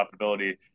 profitability